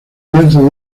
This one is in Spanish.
lienzos